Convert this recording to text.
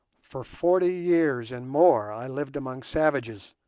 for forty years and more i lived among savages,